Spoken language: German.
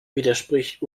widerspricht